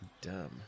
dumb